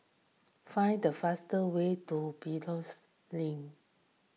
find the fast way to Biopolis Link